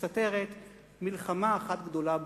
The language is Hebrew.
מסתתרת מלחמה אחת גדולה באזור.